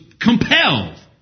compelled